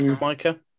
Micah